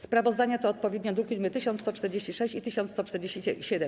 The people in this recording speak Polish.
Sprawozdania to odpowiednio druki nr 1146 i 1147.